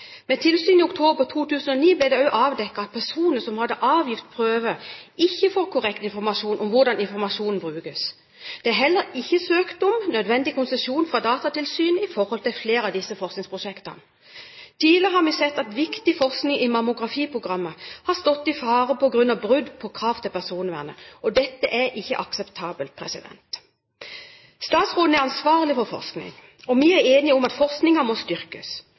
tilsyn i oktober 2009 ble det avdekket at personer som hadde avgitt prøver, ikke fikk korrekt informasjon om hvordan informasjonen skulle brukes. Det var heller ikke søkt om nødvendig konsesjon fra Datatilsynet for flere av disse forskningsprosjektene. Tidligere har vi sett at viktig forskning i mammografiprogrammet har stått i fare på grunn av brudd på krav til personvernet. Dette er ikke akseptabelt. Statsråden er ansvarlig for forskningen. Vi er enige om at forskningen må styrkes,